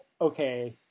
okay